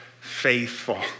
faithful